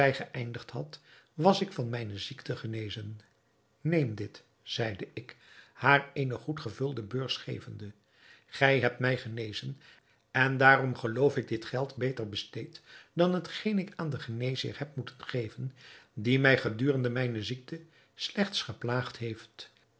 geëindigd had was ik van mijne ziekte genezen neem dit zeide ik haar eene goed gevulde beurs gevende gij hebt mij genezen en daarom geloof ik dit geld beter besteed dan hetgeen ik aan den geneesheer heb moeten geven die mij gedurende mijne ziekte slechts geplaagd heeft